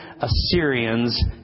Assyrians